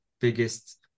biggest